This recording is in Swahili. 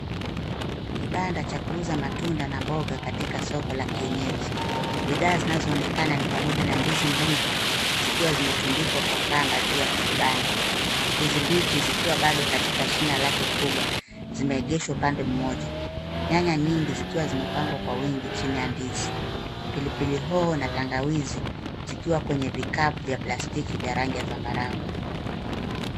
Kibanda cha kuuza matunda na mboga katika soko la kienyeji. Bidhaa zinazoonekana ni pamoja na ndizi mbivu zikiwa zimetundikwa kwa kamba juu ya kibanda. Ndizi mbichi zikiwa bado katika shina lake kubwa, zimeegeshwa pande moja. Nyanya nyingi zikiwa zimepangwa kwa wingi chini ya ndizi. Pilipili hoho na tangawizi zikiwa kwenye vikapu vya plastiki vya rangi ya zambarau.